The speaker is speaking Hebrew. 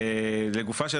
לגופה של